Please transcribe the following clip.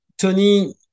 Tony